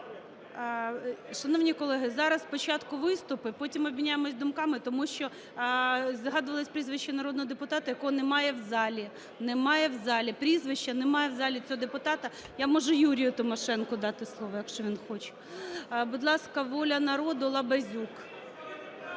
Шановні колеги, зараз спочатку виступи, потім обміняємося думками, тому що згадувалося прізвище народного депутата, якого немає в залі. Немає в залі! Прізвище, немає в залі цього депутата. Я можу Юрію Тимошенку дати слово, якщо він хоче. Будь ласка, "Воля народу", Лабазюк.